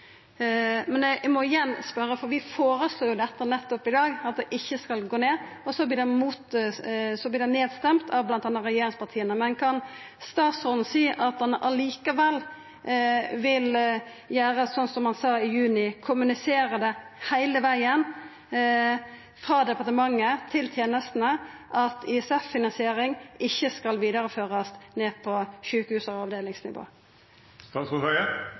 Men eg må spørja igjen for vi føreslår nettopp i dag at det ikkje skal gå ned, men det vert røysta ned, m.a. av regjeringspartia. Kan statsråden seia at han likevel vil gjera som han sa i juni og kommunisera det heile vegen frå departementet til tenestene, at ISF-finansiering ikkje skal vidareførast ned på sjukehus- og